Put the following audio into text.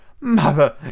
Mother